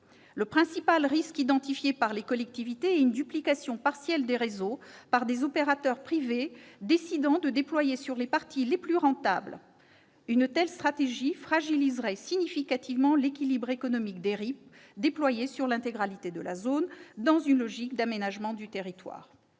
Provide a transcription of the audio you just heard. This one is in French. Le principal risque identifié par les collectivités est une duplication partielle des réseaux par des opérateurs privés décidant de se déployer sur les parties les plus rentables. Une telle stratégie fragiliserait significativement l'équilibre économique des RIP, déployés sur l'intégralité de la zone, dans une logique d'aménagement du territoire.